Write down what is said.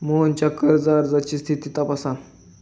मोहनच्या कर्ज अर्जाची स्थिती तपासा